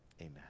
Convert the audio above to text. amen